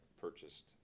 purchased